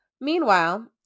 Meanwhile